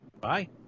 Bye